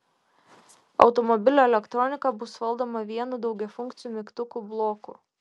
automobilio elektronika bus valdoma vienu daugiafunkciu mygtukų bloku